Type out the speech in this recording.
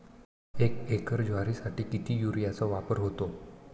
एक एकर ज्वारीसाठी किती युरियाचा वापर होतो?